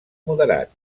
moderat